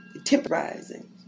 Temporizing